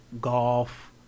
golf